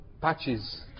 patches